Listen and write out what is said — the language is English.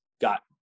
got